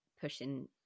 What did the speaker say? pushing